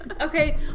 Okay